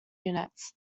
units